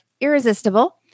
Irresistible